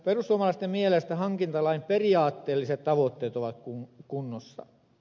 perussuomalaisten mielestä hankintalain periaatteelliset tavoitteet ovat kunnossa